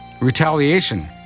Retaliation